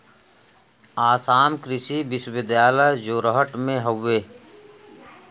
आसाम कृषि विश्वविद्यालय जोरहट में हउवे